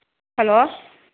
hello